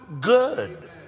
good